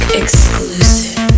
exclusive